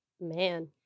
Man